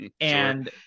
and-